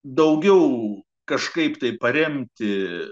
daugiau kažkaip tai paremti